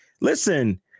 listen